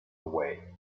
away